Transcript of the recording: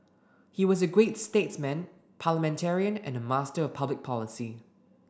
he was a great statesman parliamentarian and a master of public policy